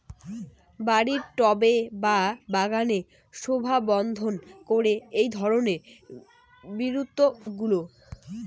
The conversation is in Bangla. বাড়ির টবে বা বাগানের শোভাবর্ধন করে এই ধরণের বিরুৎগুলো